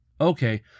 Okay